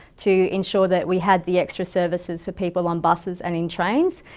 to ensure that we had the extra services for people on buses and in trains,